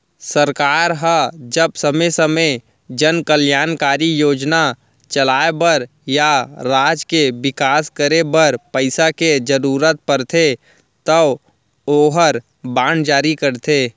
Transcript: सरकार ह जब समे समे जन कल्यानकारी योजना चलाय बर या राज के बिकास करे बर पइसा के जरूरत परथे तौ ओहर बांड जारी करथे